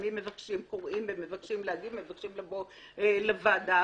שלפעמים מבקשים לבוא לוועדה